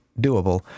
doable